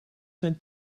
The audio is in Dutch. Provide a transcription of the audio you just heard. zijn